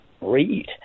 read